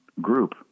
group